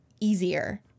easier